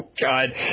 God